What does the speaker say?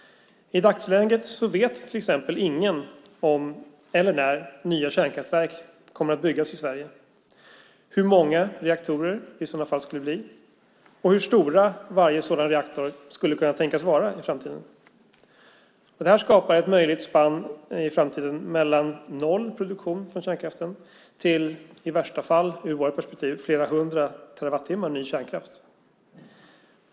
I dagsläget vet till exempel ingen om eller när nya kärnkraftverk kommer att byggas i Sverige, hur många reaktorer det i så fall skulle bli och hur stor varje sådan reaktor skulle kunna tänkas vara i framtiden. Det här skapar ett möjligt spann i framtiden mellan noll i produktion från kärnkraften till - i värsta fall, ur vårt perspektiv - flera hundra terawatttimmar ny kärnkraft.